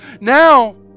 now